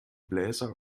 bläser